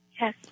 Yes